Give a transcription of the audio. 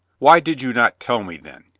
why did you not tell me, then?